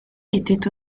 était